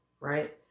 right